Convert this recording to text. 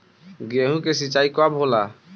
गेहूं के सिंचाई कब होला?